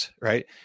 right